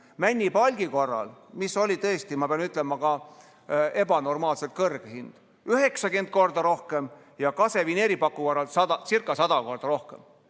männipalgi korral, mis oli tõesti, ma pean ütlema, ebanormaalselt kõrge hind, 90 korda rohkem ja kasevineeripaku korralcirca100 korda rohkem.